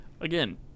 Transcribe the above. again